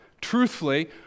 truthfully